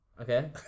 Okay